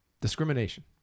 discrimination